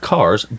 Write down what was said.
Cars